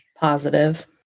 positive